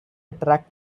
attract